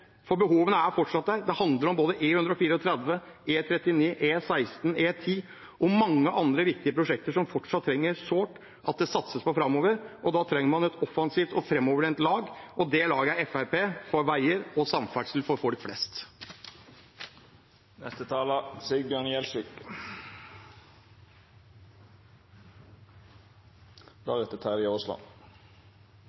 for behovene er der fortsatt. Det handler om E134, E39, E16, E10 og mange andre viktige prosjekter som fortsatt trenger sårt at det satses framover. Da trenger man et offensivt og framoverlent lag, og det laget er Fremskrittspartiet – for veier og samferdsel for folk flest.